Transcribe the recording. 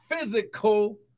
physical